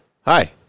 Hi